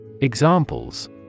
Examples